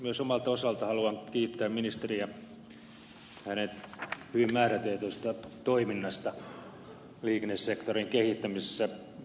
myös omalta osaltani haluan kiittää ministeriä hänen hyvin määrätietoisesta toiminnastaan liikennesektorin kehittämisessä